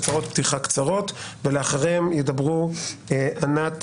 הצהרות פתיחה קצרות ואחריהם ידברו ענת